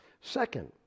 Second